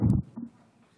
חברי הכנסת,